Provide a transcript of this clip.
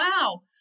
wow